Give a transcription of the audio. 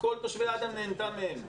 שכל תושבי 'אדם' נהנו מהם,